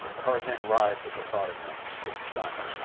tarzan writhed at the thought of him. his son!